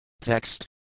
Text